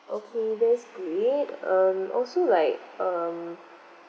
okay that's great um also like um